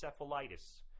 encephalitis